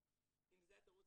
אם זה התירוץ,